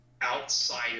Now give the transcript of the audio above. outside